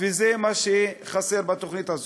וזה מה שחסר בתוכנית הזאת.